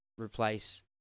replace